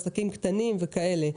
עסקים קטנים וכדומה.